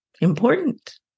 Important